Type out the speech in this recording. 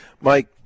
Mike